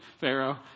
Pharaoh